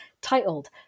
titled